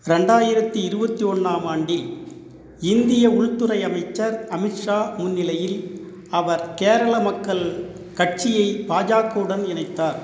ரெண்டாயிரத்தி இருபத்தி ஒன்றாம் ஆண்டில் இந்திய உள்துறை அமைச்சர் அமித்ஷா முன்னிலையில் அவர் கேரள மக்கள் கட்சியை பாஜகாவுடன் இணைத்தார்